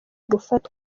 gufatwa